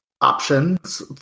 options